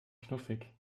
knuffig